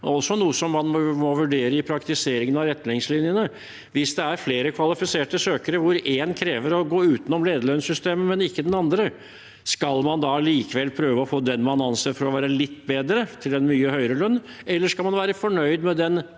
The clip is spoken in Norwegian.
også noe man må vurdere i praktiseringen av retningslinjene. Hvis det er flere kvalifiserte søkere og én krever å gå utenom lederlønnssystemet, men ikke den andre, skal man da likevel prøve å få den man anser for å være litt bedre, til en mye høyere lønn, eller skal man være fornøyd med